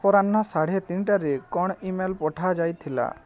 ଅପରାହ୍ନ ସାଢ଼େ ତିନିଟାରେ କ'ଣ ଇମେଲ୍ ପଠାଯାଇଥିଲା